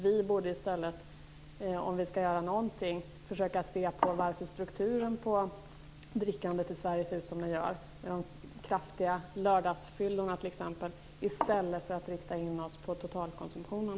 Vi borde, om vi skall göra någonting, försöka se på varför strukturen på drickandet i Sverige är sådan som den är - t.ex. med de kraftiga lördagsfyllorna - i stället för att rikta in oss på totalkonsumtionen.